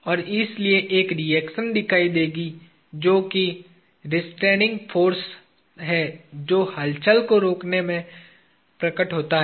और इसलिए एक रिएक्शन दिखाई देगी जो कि रेस्ट्रेनिंग फाॅर्स है जो हलचल को रोकने में प्रकट होता है